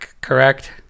correct